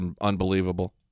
unbelievable